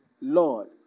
Lord